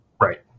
right